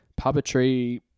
puppetry